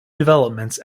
developments